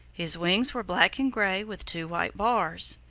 his wings were black and gray with two white bars.